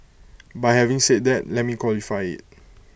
but having said that let me qualify IT